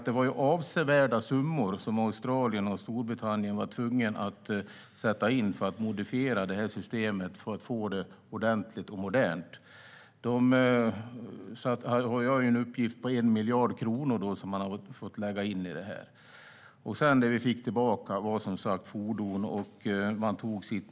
Det var avsevärda summor som Australien och Storbritannien var tvungna att sätta in för att modifiera systemet så att det skulle bli modernt. Jag har en uppgift om att 1 miljard kronor har lagts in. Det vi fick tillbaka var fordon.